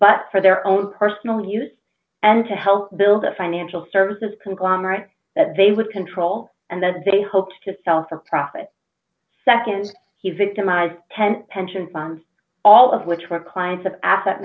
but for their own personal use and to help build a financial services conglomerate that they would control and that they hoped to sell for profit nd he victimized ten pension funds all of which were clients of asset